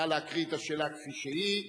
נא להקריא את השאלה כפי שהיא,